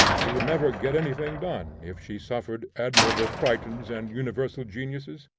she would never get anything done, if she suffered admirable crichtons and universal geniuses.